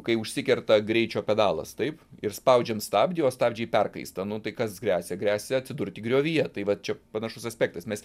kai užsikerta greičio pedalas taip ir spaudžiant stabdį o stabdžiai perkaista nu tai kas gresia gresia atsidurti griovyje tai va čia panašus aspektas mes